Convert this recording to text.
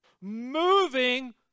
Moving